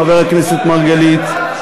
חבר הכנסת מרגלית,